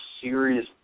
serious